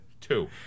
two